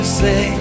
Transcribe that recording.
say